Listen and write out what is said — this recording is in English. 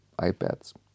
iPads